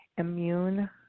immune